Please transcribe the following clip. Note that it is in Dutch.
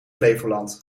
flevoland